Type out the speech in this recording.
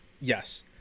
yes